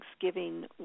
Thanksgiving